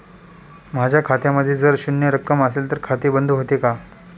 माझ्या खात्यामध्ये जर शून्य रक्कम असेल तर खाते बंद होते का?